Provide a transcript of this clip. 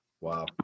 wow